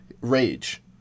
Rage